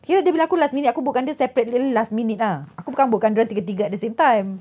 kira dia bilang aku last minute aku book kan dia separately last minute ah aku bukan book kan dia orang tiga-tiga at the same time